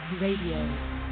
Radio